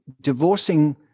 divorcing